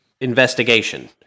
investigation